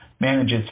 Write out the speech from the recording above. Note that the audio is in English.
manages